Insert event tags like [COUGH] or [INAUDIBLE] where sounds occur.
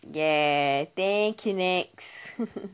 ya thank you next [LAUGHS]